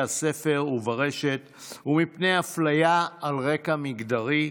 הספר וברשת ומפני אפליה על רקע מגדרי,